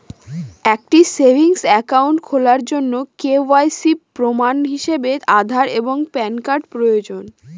একটি savings account খোলার জন্য কে.ওয়াই.সি প্রমাণ হিসাবে আধার এবং প্যান কার্ড প্রয়োজন